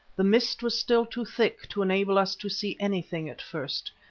the mist was still too thick to enable us to see anything at first.